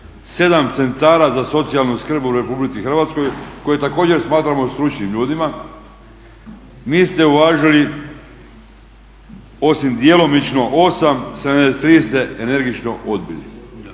7 centara za socijalnu skrb u RH koje također smatramo stručnim ljudima niste uvažili osim djelomično 8, 73 ste energično odbili.